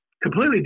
completely